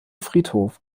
friedhof